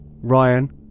Ryan